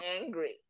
angry